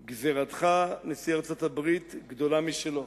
גזירתך, נשיא ארצות-הברית, גדולה משלו.